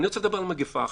אני רוצה לדבר על מגפה אחרת: